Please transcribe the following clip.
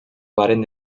varen